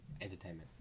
entertainment